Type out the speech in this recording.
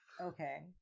Okay